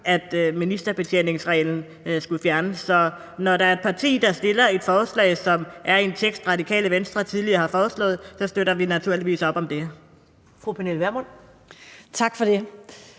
at ministerbetjeningsreglen skulle fjernes. Så når der er et parti, der fremsætter et forslag, som også er i en tekst, Radikale Venstre tidligere har foreslået, støtter vi